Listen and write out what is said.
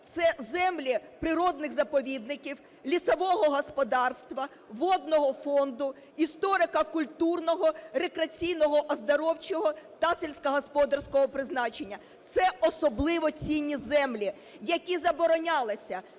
це землі природних заповідників, лісового господарства, водного фонду, історико-культурного, рекреаційного, оздоровчого та сільськогосподарського призначення. Це особливо цінні землі, які заборонялися